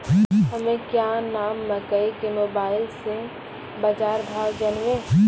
हमें क्या नाम मकई के मोबाइल से बाजार भाव जनवे?